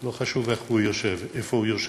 לא חשוב איך הוא יושב ואיפה הוא יושב,